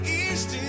east